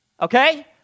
okay